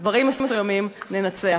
בדברים מסוימים, ננצח.